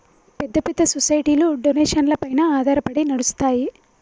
పెద్ద పెద్ద సొసైటీలు డొనేషన్లపైన ఆధారపడి నడుస్తాయి